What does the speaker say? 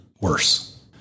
worse